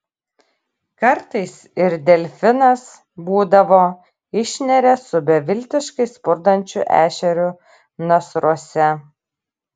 kartais ir delfinas būdavo išneria su beviltiškai spurdančiu ešeriu nasruose